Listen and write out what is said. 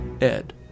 Ed